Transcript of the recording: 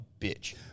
bitch